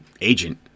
agent